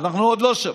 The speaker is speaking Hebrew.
אנחנו עוד לא שם.